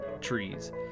trees